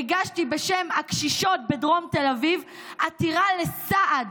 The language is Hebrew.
הגשתי בשם הקשישות בדרום תל אביב עתירה לסעד